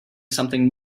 something